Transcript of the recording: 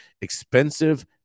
expensive